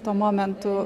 tuo momentu